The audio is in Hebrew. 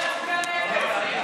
בבקשה.